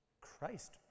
Christ